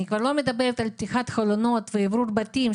אני כבר לא מדברת על פתיחת חלונות ואוורור בתים,